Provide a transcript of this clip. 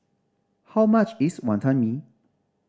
how much is Wantan Mee